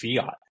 fiat